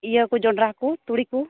ᱤᱭᱟᱹ ᱠᱚ ᱡᱚᱸᱰᱨᱟ ᱠᱚ ᱛᱩᱲᱤ ᱠᱚ